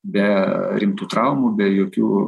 be rimtų traumų be jokių